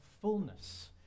fullness